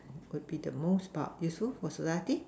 would be the most but useful for society